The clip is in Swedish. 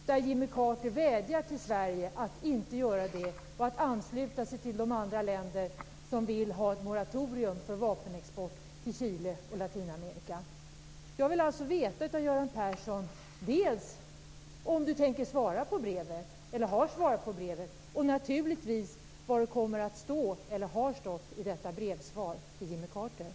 Jimmy Carter vädjar till Sverige att inte göra det och att ansluta sig till de andra länder som vill ha ett moratorium för vapenexport till Chile och Latinamerika. Jag vill alltså veta om Göran Persson tänker svara på brevet eller har svarat på brevet och naturligtvis vad som kommer att stå eller har stått i svaret till